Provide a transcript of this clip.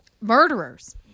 Murderers